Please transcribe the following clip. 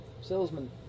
Salesman